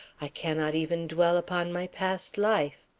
i cannot even dwell upon my past life.